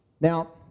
Now